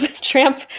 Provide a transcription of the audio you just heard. Tramp